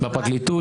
בפרקליטות,